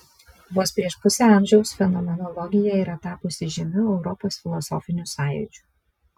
vos prieš pusę amžiaus fenomenologija yra tapusi žymiu europos filosofiniu sąjūdžiu